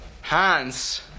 Hans